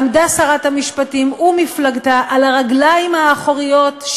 עמדה שרת המשפטים ומפלגתה על הרגליים האחוריות,